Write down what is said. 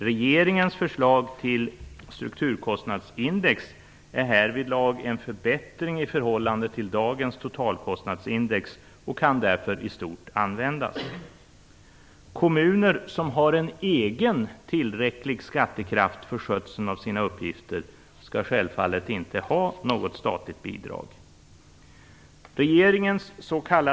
Regeringens förslag till strukturkostnadsindex är härvidlag en förbättring i förhållande till dagens totalkostnadsindex och kan därför i stort användas. Kommuner som har en egen tillräcklig skattekraft för skötseln av sina uppgifter skall självfallet inte ha något statligt bidrag.